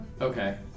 Okay